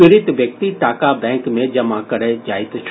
पीड़ित व्यक्ति टाका बैंक मे जमा करय जाइत छल